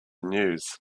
news